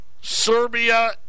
Serbia